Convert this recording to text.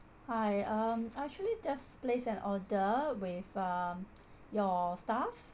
hi um I actually just placed an order with um your staff